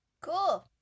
Cool